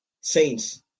saints